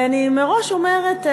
אני מראש אומרת,